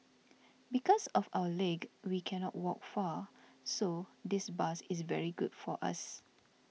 because of our leg we cannot walk far so this bus is very good for us